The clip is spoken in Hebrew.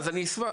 אני אשמח.